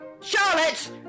Charlotte